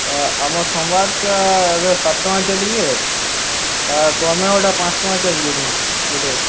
ଆମର୍ ସମ୍ବାଦଟା ଏବେ ସାତ ଟଙ୍କା ଚାଲିଛେ ପ୍ରମେୟଟା ପାଞ୍ଚ ଟଙ୍କା ଚାଲିଛେ ଗୁଟେ